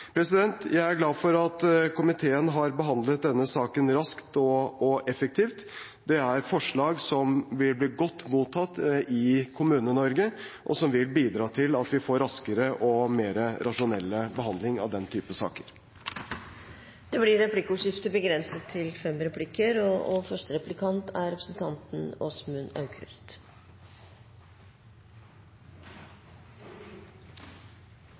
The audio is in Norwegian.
Jeg er glad for at komiteen har behandlet denne saken raskt og effektivt. Det er forslag som vil bli godt mottatt i Kommune-Norge, og som vil bidra til at vi får raskere og mer rasjonell behandling av den type saker. Det blir replikkordskifte. Vi gjør nå relativt små justeringer i plan- og